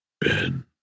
Ben